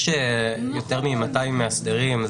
יש יותר מ-200 מאסדרים.